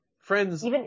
Friends